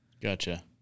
Gotcha